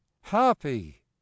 happy